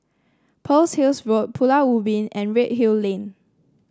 Pearl's Hill Road Pulau Ubin and Redhill Lane